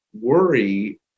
worry